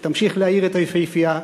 שתמשיך להעיר את היפהפייה.